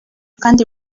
kandi